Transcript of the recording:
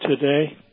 today